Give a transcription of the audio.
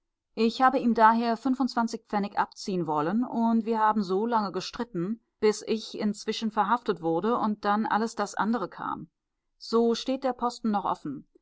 ich habe ihm daher fünfundzwanzig pfennig abziehen wollen und wir haben so lange gestritten bis ich inzwischen verhaftet wurde und dann alles das andere kam so steht der posten noch offen